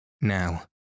Now